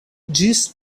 ĝis